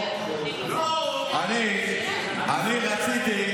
אני רציתי,